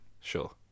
Sure